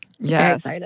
Yes